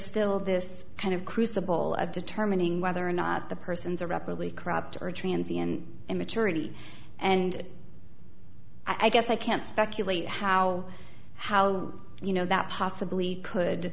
still this kind of crucible of determining whether or not the person's irreparably corrupt or trans the in immaturity and i guess i can't speculate how how you know that possibly could